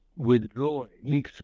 withdrawing